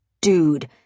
Dude